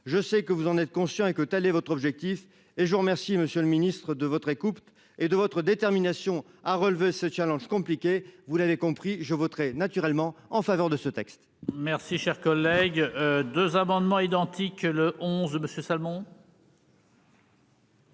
Je sais que vous en êtes conscient et que tu allais votre objectif et je vous remercie Monsieur le Ministre de votre écoute et de votre détermination à relever ce challenge compliqué, vous l'avez compris, je voterai naturellement en faveur de ce texte.